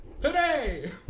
Today